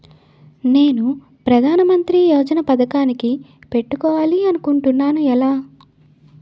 నేను ప్రధానమంత్రి యోజన పథకానికి పెట్టుకోవాలి అనుకుంటున్నా ఎలా?